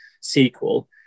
sequel